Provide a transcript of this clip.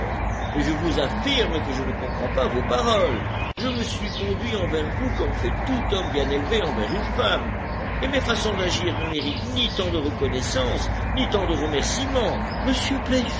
mais je vous affirme que je ne comprends pas vos paroles je me suis conduit envers vous comme fait tout homme bien élevé envers une femme et mes façons d'agir ne méritent ni tant de reconnaissance ni tant de remerciements monsieur